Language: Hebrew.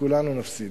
כולנו נפסיד.